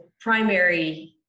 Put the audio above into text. primary